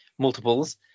multiples